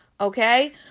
Okay